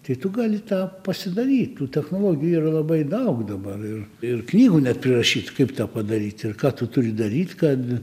tai tu gali tą pasidaryt tų technologijų yra labai daug dabar ir ir knygų net prirašyt kaip tą padaryt ir ką tu turi daryt kad